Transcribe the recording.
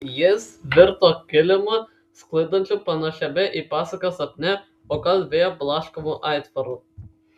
jis virto kilimu sklandančiu panašiame į pasaką sapne o gal vėjo blaškomu aitvaru